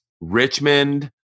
Richmond